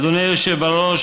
אדוני היושב-ראש,